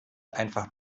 einfach